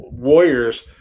warriors